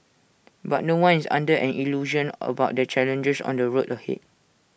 but no one is under an illusion about the challenges on the road ahead